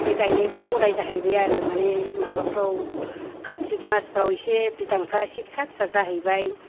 बे गायनायफोरा गदाय जाहैबाय आरो माने माबाफोराव काटि मासफोराव एसे बिदांफ्रा फिसा फिसा जाहैबाय